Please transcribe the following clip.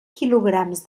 quilograms